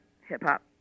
hip-hop